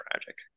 tragic